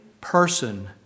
person